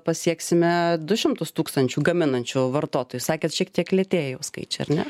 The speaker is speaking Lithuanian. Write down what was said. pasieksime du šimtus tūkstančių gaminančių vartotojų sakėt šiek tiek lėtėja jau skaičiai ar ne